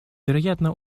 вероятно